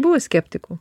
buvo skeptikų